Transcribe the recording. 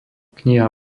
kniha